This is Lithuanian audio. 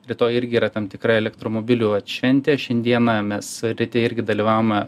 rytoj irgi yra tam tikra elektromobilių vat šventė šiandieną mes ryte irgi dalyvavome